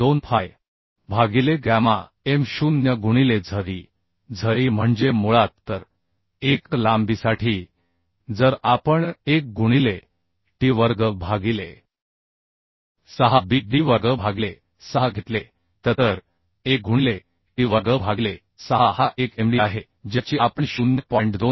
2fy भागिले gamma m0 गुणिले z e z e म्हणजे मुळात तर एकक लांबीसाठी जर आपण 1 गुणिले t वर्ग भागिले 6 b d वर्ग भागिले 6 घेतले तर तर 1 गुणिले t वर्ग भागिले 6 हा एक md आहे ज्याची आपण 0